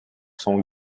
son